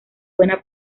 buena